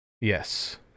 Yes